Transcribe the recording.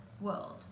world